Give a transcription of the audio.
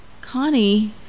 Connie